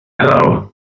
Hello